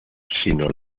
sino